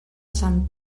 sant